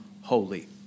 holy